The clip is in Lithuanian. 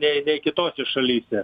nei nei kitose šalyse